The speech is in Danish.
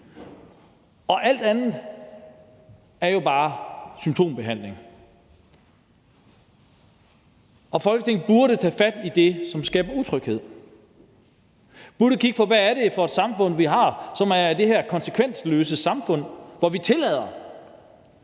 og alt andet er jo bare symptombehandling. Folketinget burde tage fat i det, som skaber utryghed og burde kigge på, hvad det er for et samfund, vi har. Det er det her konsekvensløse samfund, hvor vi tillader